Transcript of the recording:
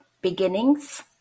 beginnings